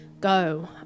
Go